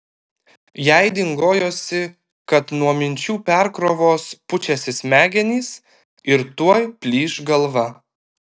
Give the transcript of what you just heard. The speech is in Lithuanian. jai dingojosi kad nuo minčių perkrovos pučiasi smegenys ir tuoj plyš galva